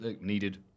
needed